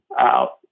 out